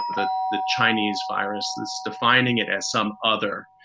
that the chinese virus that's defining it as some other,